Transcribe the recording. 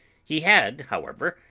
he had, however,